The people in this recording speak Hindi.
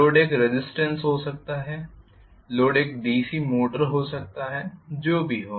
लोड एक रेज़िस्टेन्स हो सकता है लोड एक डीसी मोटर हो सकता है है जो भी हो